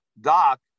Doc